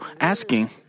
asking